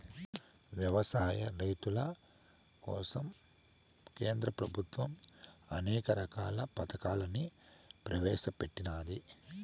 వ్యవసాయ రైతుల కోసం కేంద్ర ప్రభుత్వం అనేక రకాల పథకాలను ప్రవేశపెట్టినాది